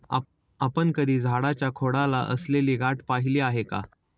आपण कधी झाडाच्या खोडाला असलेली गाठ पहिली आहे का?